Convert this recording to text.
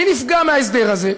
מי נפגע מההסדר הזה?